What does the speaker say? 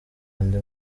andi